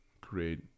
create